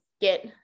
get